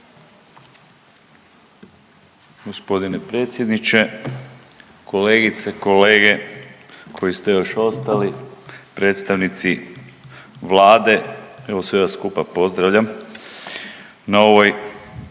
Gospodine predsjedniče, kolegice, kolege koji ste još ostali, predstavnici Vlade. Evo sve vas skupa pozdravljam na ovoj